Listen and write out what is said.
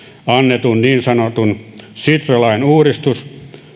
annetun niin sanotun sitra lain uudistus